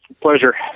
Pleasure